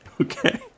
Okay